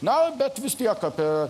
na bet vis tiek apie